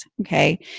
Okay